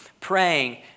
praying